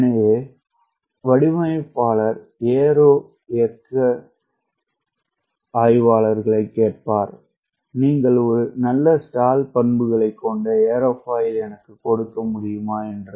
எனவே வடிவமைப்பாளர் ஏரோ இயக்கவியலாளர்களைக் கேட்பார் நீங்கள் ஒரு நல்ல ஸ்டால் பண்புகளைக் கொண்ட ஏரோஃபைல் எனக்கு கொடுக்க முடியுமா என்று